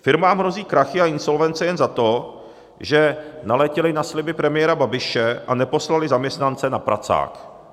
Firmám hrozí krachy a insolvence jen za to, že naletěly na sliby premiére Babiše a neposlaly zaměstnance na pracák.